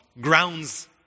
grounds